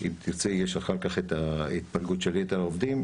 אם תרצי אחר כך, יש את התפלגות יתר העובדים.